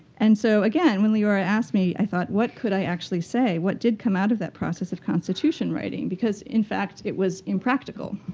and so, again, when leora asked me, i thought, what could i actually say? what did come out of that process of constitution-writing? because, in fact, it was impractical,